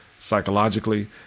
Psychologically